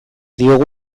diogu